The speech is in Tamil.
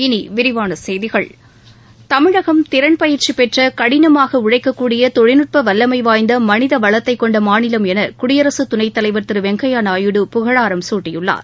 இனி விரிவான செய்கிகள் தமிழகம் திறன் பயிற்சி பெற்ற கடினமாக உழைக்கக்கூடிய தொழில்நுட்ப வல்லமை வாய்ந்த மனித வளத்தைக் கொண்ட மாநிலம் என குடியரசு துணைத்தலைவா் திரு வெங்கையா நாயுடு புகழாரம் சூட்டியுள்ளார்